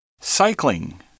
Cycling